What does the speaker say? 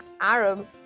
Arab